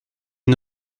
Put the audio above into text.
est